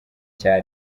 cya